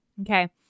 Okay